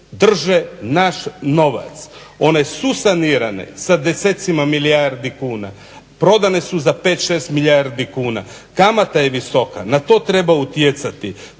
trže naš novac. One su sanirane sa desecima milijardi kuna, prodane su za 5, 6 milijardi kuna, kamata je visoka. Na to treba utjecati,